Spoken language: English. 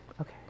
okay